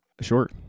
sure